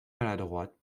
maladroite